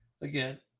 again